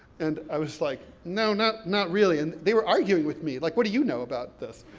and i was like, no, not not really. and they were arguing with me, like, what do you know about this?